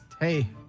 hey